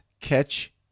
catch